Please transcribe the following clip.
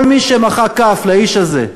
כל מי שמחא כף לאיש הזה,